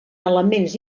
elements